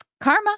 karma